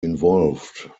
involved